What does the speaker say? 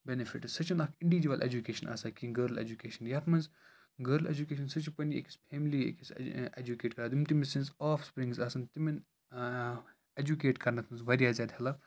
benefits سُہ چھِنہٕ اَکھ اِنڈِجول اٮ۪جُکیشَن آسان کِہیٖنۍ گٔرل اٮ۪جوکیشَن یَتھ منٛز گٔرل اٮ۪جُکیشَن سُہ چھِ پَنٕنۍ أکِس فیملی أکِس اٮ۪جُکیٹ کَران یِم تٔمۍ سٕنٛز آف سپرِنٛگس آسان تِمن اٮ۪جُکیٹ کَرنَس منٛز واریاہ زیادٕ ہٮ۪لٕپ